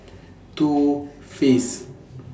Too Faced